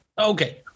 Okay